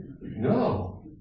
No